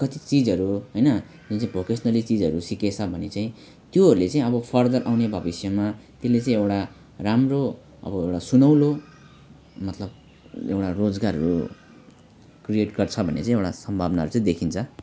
कति चिजहरू हैन जुन चाहिँ भोकेसनली चिजहरू सिकेको छ भने चाहिँ त्योहरूले चाहिँ अब फर्दर आउने भविष्यमा त्यसले चाहिँ एउटा राम्रो अब एउटा सुनौलो मतलब एउटा रोजगारहरू क्रिएट गर्छ भन्ने चाहिँ एउटा सम्भावनाहरू चाहिँ देखिन्छ